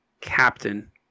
captain